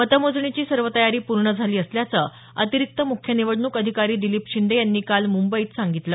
मतमोजणीची सर्व तयारी पूर्ण झाली असल्याचं अतिरिक्त मुख्य निवडणूक अधिकारी दिलीप शिंदे यांनी काल मुंबईत सांगितलं